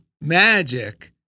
magic